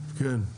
כן,